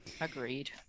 agreed